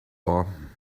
are